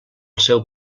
seu